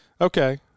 okay